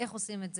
איך עושים את זה?